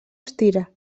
estira